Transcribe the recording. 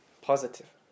positive